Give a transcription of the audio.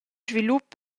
svilup